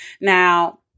Now